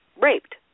raped